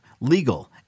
legal